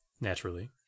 Naturally